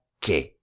que